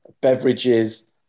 beverages